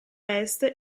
est